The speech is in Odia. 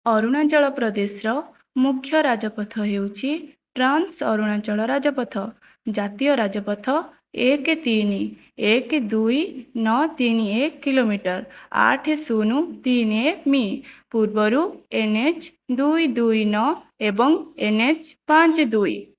ଅରୁଣାଚଳ ପ୍ରଦେଶର ମୁଖ୍ୟ ରାଜପଥ ହେଉଛି ଟ୍ରାନ୍ସ ଅରୁଣାଚଳ ରାଜପଥ ଜାତୀୟ ରାଜପଥ ଏକ ତିନି ଏକ ଦୁଇ ନଅ ତିନି ଏକ କିଲୋମିଟର ଆଠ ଶୂନ ତିନି ଏକ ମି ପୂର୍ବରୁ ଜାତୀୟ ରାଜପଥ ଏନ ଏଚ ଦୁଇ ଦୁଇ ନଅ ଏବଂ ଏନ ଏଚ୍ ପାଞ୍ଚ ଦୁଇ